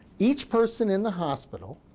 each person in the hospital